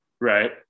right